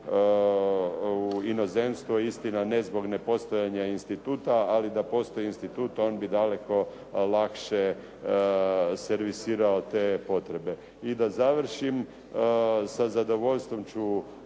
u inozemstvu istina ne zbog nepostojanja instituta ali da postoji institut on bi daleko lakše servisirao te potrebe. I da završim, sa zadovoljstvom ću